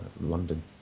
London